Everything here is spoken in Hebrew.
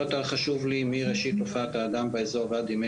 כל אתר חשוב לי מראשית הופעת האדם באזור ועד ימי